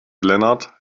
lennart